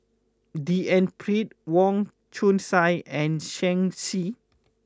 D N Pritt Wong Chong Sai and Shen Xi